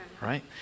right